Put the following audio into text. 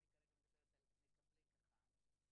אני כרגע מדברת על מקבלי קח"ן,